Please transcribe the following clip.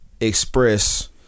Express